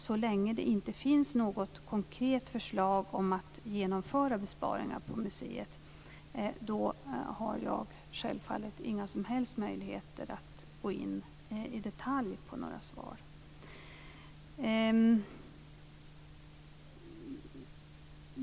Så länge det inte finns något konkret förslag om att genomföra besparingar på museet har jag självfallet inga som helst möjligheter att gå in i detalj i mina svar.